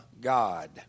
God